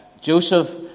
Joseph